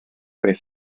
beth